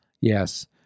Yes